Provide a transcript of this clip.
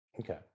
Okay